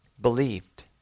believed